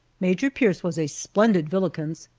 major pierce was a splendid villikins,